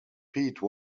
pete